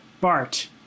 Bart